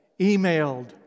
emailed